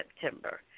September